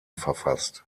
verfasst